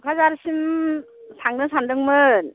क'क्राझारसिम थांनो सानदोंमोन